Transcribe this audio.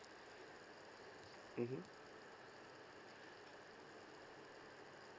mmhmm